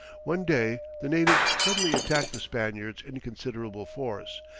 one day the natives suddenly attacked the spaniards in considerable force,